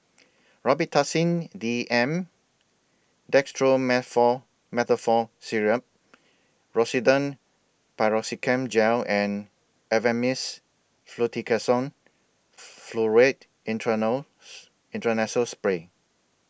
Robitussin D M Syrup Rosiden Piroxicam Gel and Avamys Fluticasone Furoate Intranasal Spray